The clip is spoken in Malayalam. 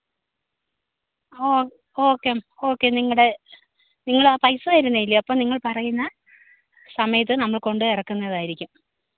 ഓക്കേ ഓക്കേ നിങ്ങളുടെ നിങ്ങൾ ആ പൈസ തരുന്നതല്ലേ നിങ്ങള് പറയുന്ന സമയത്ത് നമ്മൾ കൊണ്ടുപോയി ഇറക്കുന്നതായിരിക്കും